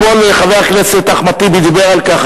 אתמול דיבר חבר הכנסת אחמד טיבי על כך.